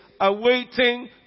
awaiting